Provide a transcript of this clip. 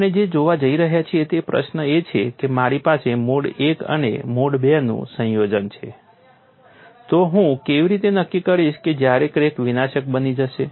આપણે જે જોવા જઈ રહ્યા છીએ તે પ્રશ્ન એ છે કે મારી પાસે મોડ I અને મોડ II નું સંયોજન છે તો હું કેવી રીતે નક્કી કરીશ કે જ્યારે ક્રેક વિનાશક બની જશે